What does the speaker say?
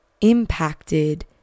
impacted